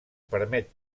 permet